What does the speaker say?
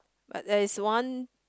but there is one